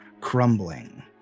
crumbling